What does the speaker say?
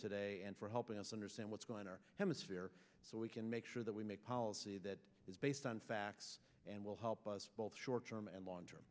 today and for helping us understand what's going on hemisphere so we can make sure that we make policy that is based on facts and will help us both short term and long term